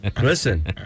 listen